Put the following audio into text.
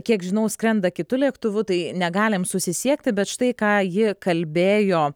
kiek žinau skrenda kitu lėktuvu tai negalim susisiekti bet štai ką ji kalbėjo